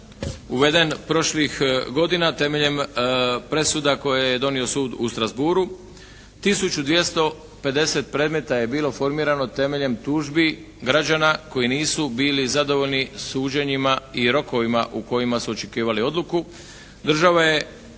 uveden prošlih godina temeljem presuda koje je donio sud u Strasbourgu. Tisuću 250 predmeta je bilo formirano temeljem tužbi građana koji nisu bili zadovoljni suđenjima i rokovima u kojima su očekivali odluku. Država je